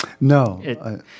No